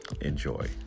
enjoy